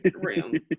room